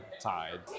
tied